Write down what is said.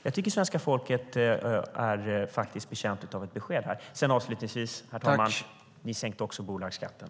Jag tycker att svenska folket är betjänt av ett besked. Herr talman! Socialdemokraterna sänker också bolagsskatten.